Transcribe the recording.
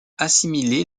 assimilé